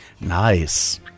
nice